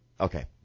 Okay